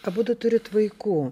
abudu turit vaikų